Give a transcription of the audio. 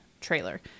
trailer